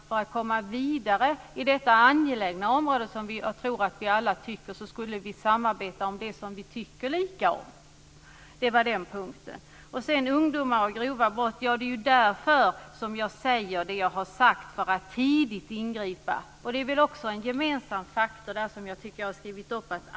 För att komma vidare på detta område som jag tror att vi alla tycker är angeläget skulle vi samarbeta om det som vi tycker lika om. Det var den punkten. Sedan vill jag ta upp ungdomar och grova brott. Det är för att man tidigt ska kunna ingripa som jag säger det jag har sagt. Det är också en gemensam faktor som jag har skrivit upp.